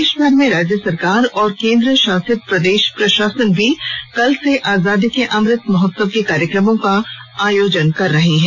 देशभर में राज्य सरकार और केंद्रशासित प्रदेश प्रशासन भी कल से आजादी के अमृत महोत्सव के कार्यक्रमो का आयोजन कर रहे हैं